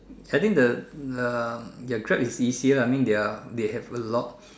I think the the ya Grab is easier I mean they are they have a lot